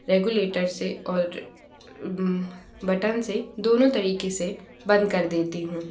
regulator से और button से दोनों तरीके से बंद कर देती हूँ